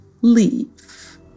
leave